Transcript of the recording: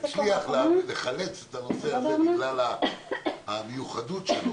הצליח לחלץ את הנושא הזה בגלל המיוחדות שלו,